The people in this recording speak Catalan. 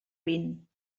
vint